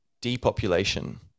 depopulation